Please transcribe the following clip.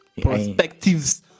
perspectives